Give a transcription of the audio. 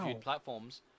platforms